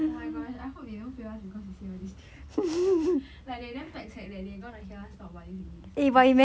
oh my gosh I hope they don't fail us because we say all these thing like they damn pek cek that they going to hear us talk about this again next time